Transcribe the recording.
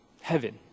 heaven